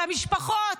למשפחות?